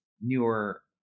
newer